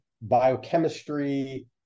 biochemistry